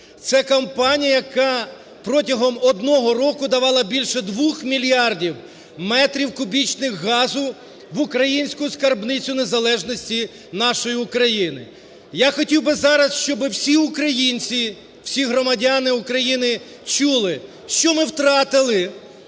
Це компанія, яка протягом одного року давала більше двох мільярдів метрів кубічних газу в українську скарбницю незалежності нашої України. Я хотів би зараз, щоби всі українці, всі громадяни України чули, що ми втратили,